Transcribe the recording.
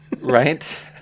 Right